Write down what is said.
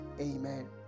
amen